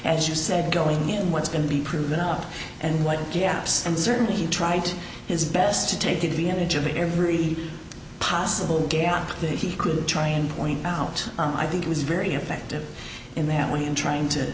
as you said going in what's going to be proven up and what gaps and certainly he tried his best to take advantage of every possible gap that he could try and point out i think it was very effective in that way in trying to